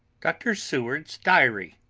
dr. seward's diary.